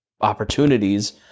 opportunities